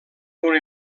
una